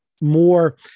more